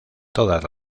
todas